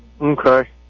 Okay